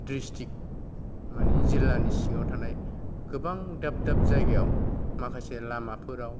district मानि जिल्लानि सिङाव थानाय गोबां दाब दाब जायगायाव माखासे लामाफोराव